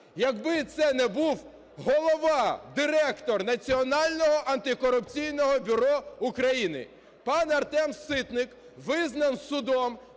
якби це не був голова, директор Національного антикорупційного бюро України. Пан Артем Ситник визнаний судом,